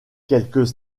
quelques